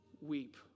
weep